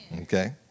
Okay